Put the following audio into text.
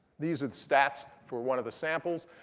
these are the stats for one of the samples.